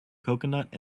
coconut